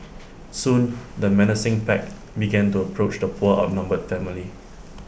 soon the menacing pack began to approach the poor outnumbered family